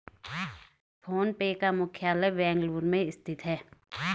phone पे का मुख्यालय बेंगलुरु में स्थित है